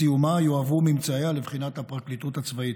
בסיומה יועברו ממצאיה לבחינת הפרקליטות הצבאית.